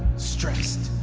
stressed,